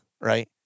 Right